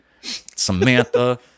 Samantha